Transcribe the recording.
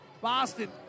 Boston